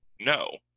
no